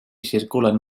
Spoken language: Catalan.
circulen